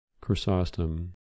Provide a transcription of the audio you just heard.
chrysostom